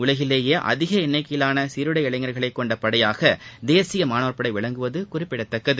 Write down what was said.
உலகிலேயே அதிக எண்ணிக்கையிவான சீருடை இளைஞர்களை கொண்ட படையாக தேசிய மாணவர் படை விளங்குவது குறிப்பிடத்தக்கது